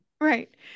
Right